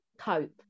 cope